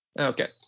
okay